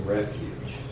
Refuge